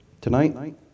tonight